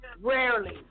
rarely